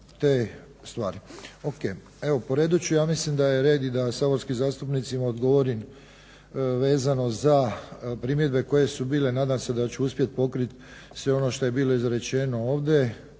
te stvari. Evo po redu ću, ja mislim da je red i da saborskim zastupnicima odgovorim vezano za primjedbe koje su bile, nadam se da ću uspjet pokrit sve ono što je bilo izrečeno ovdje